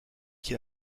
qui